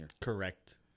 Correct